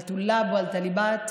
(אומרת בערבית: הסטודנטים והסטודנטיות,)